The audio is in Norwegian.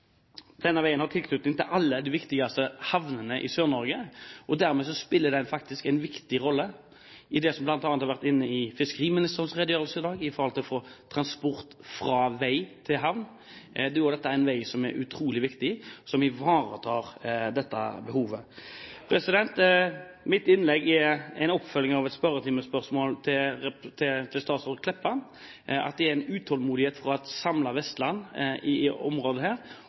Denne veien har tilknytning til alle de viktigste havnene i Sør-Norge. Dermed spiller den faktisk en viktig rolle i det som bl.a. har vært oppe i fiskeriministerens redegjørelse i dag, i forhold til å få transport fra vei til havn. Da er dette en vei som er utrolig viktig, som ivaretar dette behovet. Mitt innlegg er en oppfølging av et spørretimespørsmål til statsråd Meltveit Kleppa: Det er en utålmodighet fra et